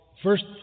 first